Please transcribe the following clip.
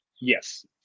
Yes